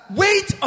wait